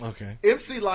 Okay